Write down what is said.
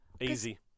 Easy